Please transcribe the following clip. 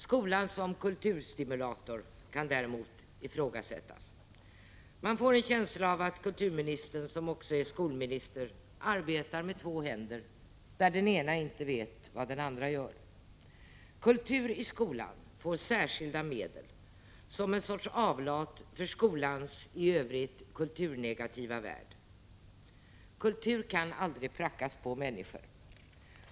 Skolan som kulturstimulator kan däremot ifrågasättas. Man får en känsla av att kulturministern, som också är skolminister, arbetar med två händer där den ena inte vet vad den andra gör. Kultur i skolan får särskilda medel som en sorts avlat för skolans i övrigt kulturnegativa värld. Kultur kan aldrig prackas på människor.